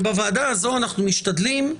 ובוועדה הזאת אנחנו משתדלים,